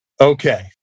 Okay